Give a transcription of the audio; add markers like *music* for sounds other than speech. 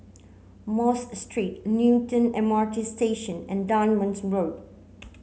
Mosque Street Newton M R T Station and *unintelligible* Road